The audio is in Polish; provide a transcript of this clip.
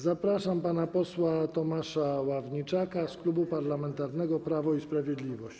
Zapraszam pana posła Tomasza Ławniczaka z Klubu Parlamentarnego Prawo i Sprawiedliwość.